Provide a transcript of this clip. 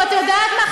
את יודעת מה,